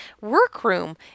workroom